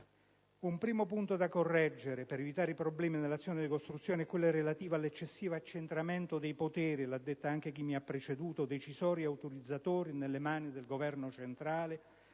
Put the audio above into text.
Un primo punto da correggere, per evitare problemi nell'azione di ricostruzione, è quello relativo all'eccessivo accentramento (come sottolineato anche da chi mi ha preceduto) dei poteri decisori e autorizzatori nelle mani del Governo centrale,